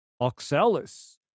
oxalis